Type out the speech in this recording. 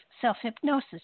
self-hypnosis